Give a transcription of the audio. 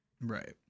Right